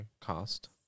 cost